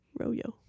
Royo